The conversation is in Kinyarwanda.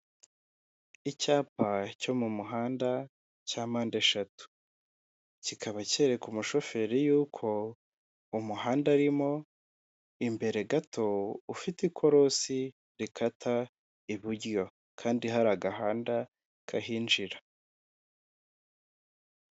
Icyumba kigaragara nkaho hari ahantu bigira ikoranabuhanga, hari abagabo babiri ndetse hari n'undi utari kugaragara neza, umwe yambaye ishati y'iroze undi yambaye ishati y'umutuku irimo utubara tw'umukara, imbere yabo hari amaterefoni menshi bigaragara ko bari kwihugura.